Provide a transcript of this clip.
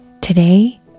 Today